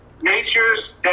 natures